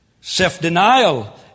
Self-denial